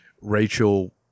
rachel